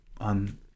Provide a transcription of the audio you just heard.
on